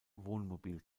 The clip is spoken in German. wohnmobil